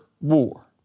war